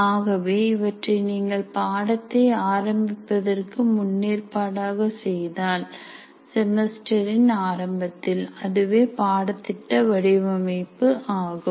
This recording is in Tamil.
ஆகவே இவற்றை நீங்கள் பாடத்தை ஆரம்பிப்பதற்கு முன்னேற்பாடாக செய்தால் செமஸ்டரின் ஆரம்பத்தில் அதுவே பாடத்திட்ட வடிவமைப்பு ஆகும்